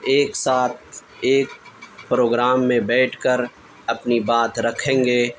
ایک ساتھ ایک پروگرام میں بیٹھ کر اپنی بات رکھیں گے